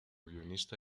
guionista